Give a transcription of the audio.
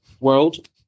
world